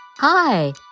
Hi